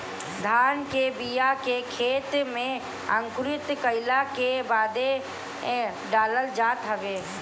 धान के बिया के खेते में अंकुरित कईला के बादे डालल जात हवे